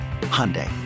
Hyundai